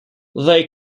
they